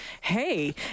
hey